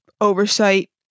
oversight